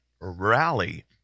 rally